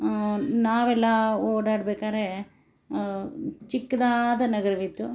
ನಾವೆಲ್ಲ ಓಡಾಡ್ಬೇಕಾದ್ರೆ ಚಿಕ್ಕದಾದ ನಗರವಿತ್ತು